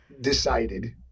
decided